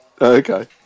Okay